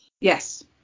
Yes